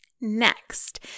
Next